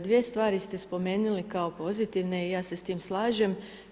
Dvije stvari ste spomenuli kao pozitivne i ja se s tim slažem.